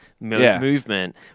Movement